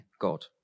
God